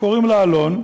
קוראים לה אלון,